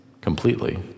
completely